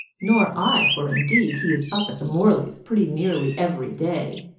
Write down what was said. nor i, for indeed he is up at the morleys' pretty nearly every day.